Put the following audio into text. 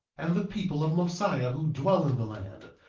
and the people of mosiah who dwell in the land,